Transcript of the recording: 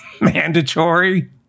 mandatory